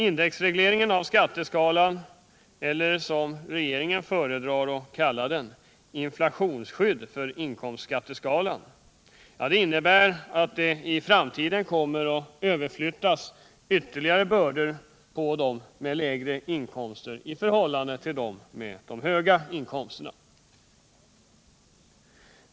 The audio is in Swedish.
Indexregleringen av skatteskalan, eller som regeringen föredrar att kalla den, inflationsskydd för inkomstskatteskalan, innebär att det i framtiden kommer att överflyttas ytterligare bördor på dem med lägre inkomster i förhållande till dem med de höga inkomsterna.